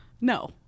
No